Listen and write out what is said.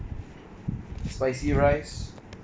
spicy rice